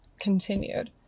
continued